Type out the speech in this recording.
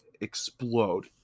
explode